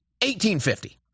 1850